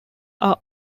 are